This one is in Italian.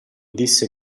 disse